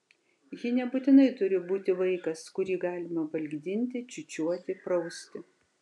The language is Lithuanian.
ji nebūtinai turi būti vaikas kurį galima valgydinti čiūčiuoti prausti